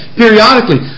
periodically